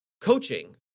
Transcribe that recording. coaching